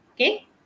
okay